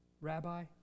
Rabbi